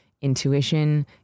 intuition